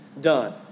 done